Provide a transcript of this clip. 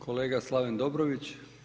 Kolega Slaven Dobrović.